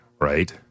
right